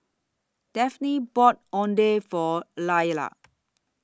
Daphne bought Oden For Lyla